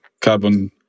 carbon